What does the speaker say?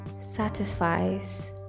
satisfies